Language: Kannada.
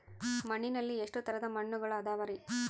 ಮಣ್ಣಿನಲ್ಲಿ ಎಷ್ಟು ತರದ ಮಣ್ಣುಗಳ ಅದವರಿ?